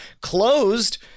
closed